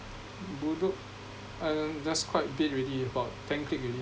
bedok I that's quite big already about ten klick already